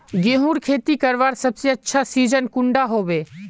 गेहूँर खेती करवार सबसे अच्छा सिजिन कुंडा होबे?